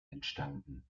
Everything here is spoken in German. entstanden